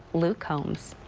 luke holmes.